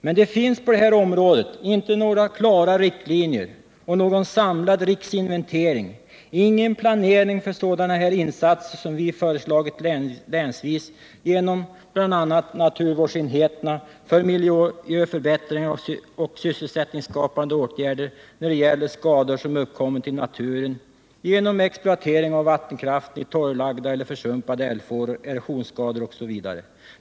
Men det finns på detta område inte några klara riktlinjer, ingen samlad riksinventering och ingen planering för sådana insatser som vi Nr 53 föreslagit länsvis genom bl.a. naturvårdsenheterna för miljöförbättringar och sysselsättningsskapande åtgärder när det gäller skador som genom exploatering av vattenkraften uppkommit i torrlagda eller försumpade älvfåror, erosionsskador osv.